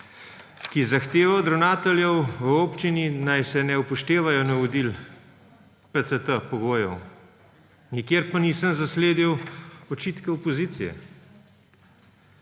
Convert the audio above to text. ki zahteva od ravnateljev v občini, naj ne upoštevajo navodila PCT pogojev. Nikjer pa nisem zasledil očitke opozicije.